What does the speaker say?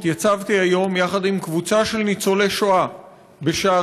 התייצבתי היום יחד עם קבוצה של ניצולי שואה בשערי